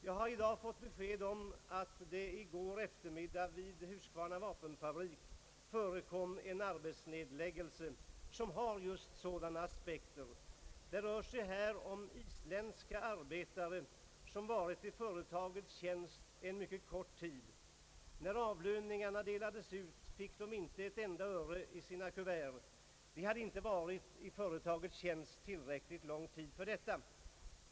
Jag har i dag fått besked om att det i går eftermiddag vid Husqvarna vapenfabrik förekom en arbetsnedläggelse som har just sådana aspekter. Det rörde sig här om isländska arbetare som endast mycket kort tid varit i företagets tjänst. När avlöningarna delades ut fick de inte ett enda öre i sina kuvert. De hade inte varit i företagets tjänst tillräcklig lång tid för detta.